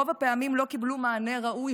ברוב הפעמים לא קיבלו מענה ראוי,